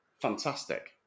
Fantastic